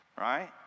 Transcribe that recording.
right